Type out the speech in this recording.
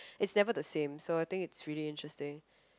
it's never the same so I think it's really interesting